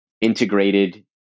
integrated